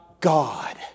God